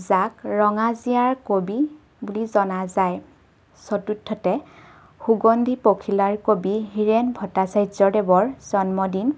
যাক ৰঙা জিঞাৰ কবি বুলি জনা যায় চতুৰ্থতে সুগন্ধি পখিলাৰ কবি হীৰেণ ভটাচাৰ্য্য দেৱৰ জন্মদিন